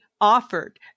offered